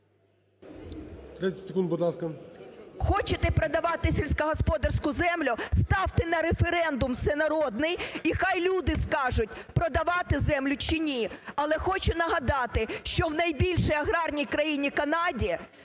Хочете продавати сільськогосподарську землю, ставте на референдум всенародний, і хай люди скажуть: продавати землю чи ні. Але хочу нагадати, що в найбільшій аграрній країні Канаді